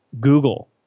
Google